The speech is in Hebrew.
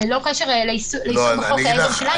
ללא קשר לאיסור בחוק העזר שלנו.